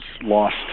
lost